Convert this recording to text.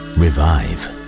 revive